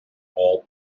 all